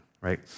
right